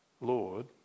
Lord